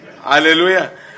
Hallelujah